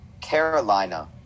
Carolina